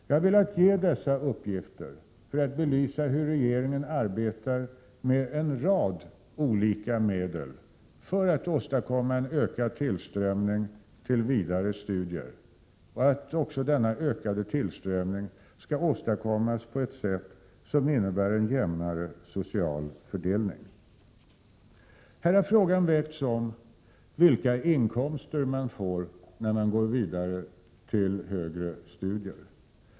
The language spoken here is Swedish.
Jag har velat lämna dessa uppgifter för att belysa hur regeringen arbetar med en rad olika medel för att åstadkomma ökad tillströmning till vidare studier. Vi vill också att denna ökade tillströmning skall åstadkommas på ett sätt som innebär en jämnare social fördelning. Här har frågan väckts om vilka inkomster man får när man går vidare till högre studier.